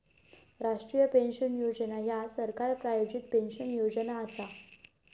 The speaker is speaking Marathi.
राष्ट्रीय पेन्शन योजना ह्या सरकार प्रायोजित पेन्शन योजना असा